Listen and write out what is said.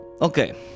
Okay